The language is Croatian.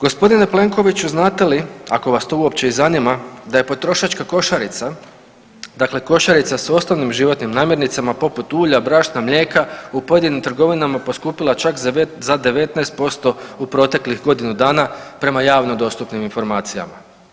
Gospodine Plenkoviću znate li, ako vas to uopće i zanima da je potrošačka košarica, dakle košarica s osnovnim životnim namirnicama poput ulja, brašna, mlijeka u pojedinim trgovinama poskupila čak za 19% u proteklih godinu dana prema javno dostupnim informacijama.